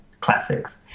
classics